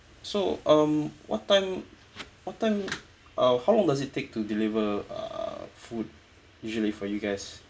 so um what time what time uh how long does it take to deliver uh food usually for you guys